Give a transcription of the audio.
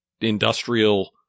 industrial